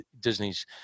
Disney's